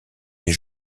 des